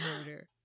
murder